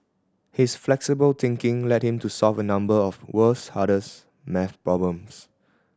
his flexible thinking led him to solve a number of world's hardest maths problems